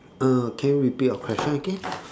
uh can you repeat your question again